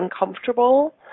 uncomfortable